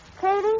Katie